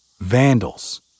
vandals